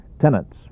Tenants